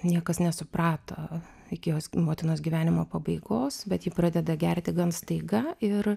niekas nesuprato iki jos motinos gyvenimo pabaigos bet ji pradeda gerti gan staiga ir